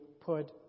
put